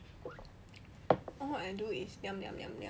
all I do is niam niam niam niam